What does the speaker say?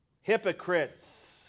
hypocrites